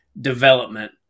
development